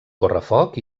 correfoc